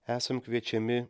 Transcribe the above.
esam kviečiami